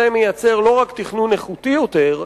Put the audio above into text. זה מייצר לא רק תכנון איכותי יותר,